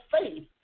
faith